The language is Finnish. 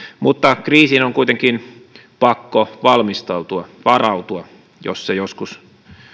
mutta kriisiin on kuitenkin pakko valmistautua varautua jos se joskus